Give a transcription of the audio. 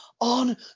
on